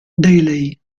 daley